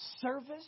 service